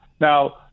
Now